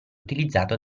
utilizzato